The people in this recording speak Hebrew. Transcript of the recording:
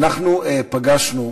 אנחנו פגשנו,